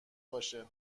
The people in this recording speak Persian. باشه